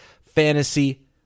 fantasy